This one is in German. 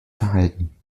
verhalten